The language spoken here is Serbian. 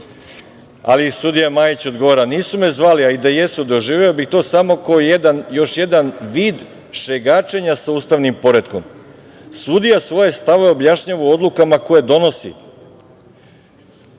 Ali sudija Majić odgovara - nisu me zvali, a i da jesu doživeo bih to samo kao jedan, još jedan vid šegačenja sa ustavnim poretkom. Sudija svoje stavove objašnjava u odlukama koje donosi.